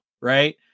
right